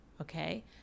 Okay